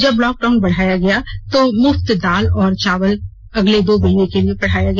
जब लॉकडाउन बढ़ाया गया तो मुफ्त दाल और चावल अगले दो महीने के लिए बढ़ाया गया